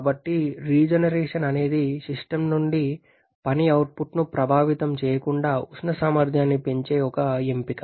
కాబట్టి రీజెనరేషన్ అనేది సిస్టమ్ నుండి పని అవుట్పుట్ను ప్రభావితం చేయకుండా ఉష్ణ సామర్థ్యాన్ని పెంచే ఒక ఎంపిక